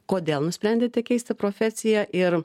kodėl nusprendėte keisti profesiją ir